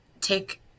take